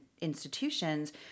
institutions